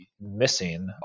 missing